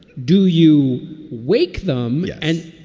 do you wake them. yeah. and